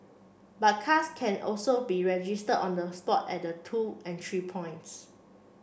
but cars can also be registered on the spot at the two entry points